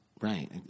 Right